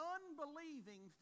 unbelieving